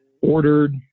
ordered